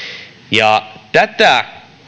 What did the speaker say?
ja tätä